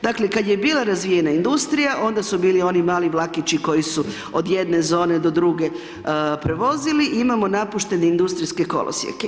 Dakle kada je bila razvijena industrija onda su bili oni mali vlakići koji su od jedne zone do druge prevozili i imamo napuštene industrijske kolosijeke.